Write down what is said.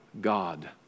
God